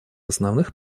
основных